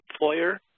employer